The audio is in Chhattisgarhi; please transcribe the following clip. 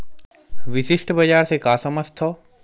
विशिष्ट बजार से का समझथव?